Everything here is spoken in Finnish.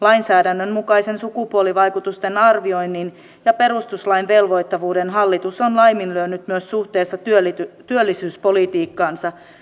lainsäädännön mukaisen sukupuolivaikutusten arvioinnin ja perustuslain velvoittavuuden hallitus on laiminlyönyt myös suhteessa työllisyyspolitiikkaansa